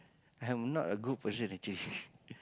I'm not a good person actually